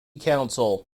council